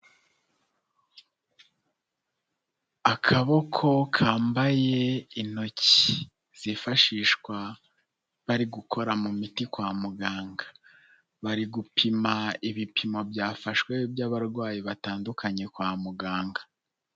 Akaboko kambaye intoki zifashishwa bari gukora mu miti kwa muganga, bari gupima ibipimo byafashwe by'abarwayi batandukanye kwa muganga.